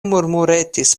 murmuretis